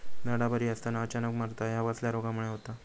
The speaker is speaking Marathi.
झाडा बरी असताना अचानक मरता हया कसल्या रोगामुळे होता?